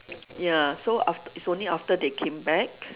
ya so aft~ is only after they came back